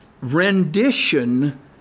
rendition